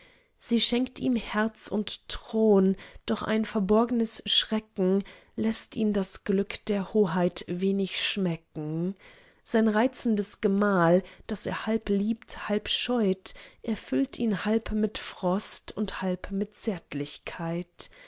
sie schenkt ihm herz und thron doch ein verborgnes schrecken läßt ihn das glück der hoheit wenig schmecken sein reizendes gemahl das er halb liebt halb scheut erfüllt ihn halb mit frost und halb mit zärtlichkeit